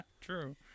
True